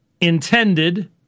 intended